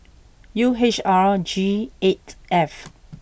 U H R G eight F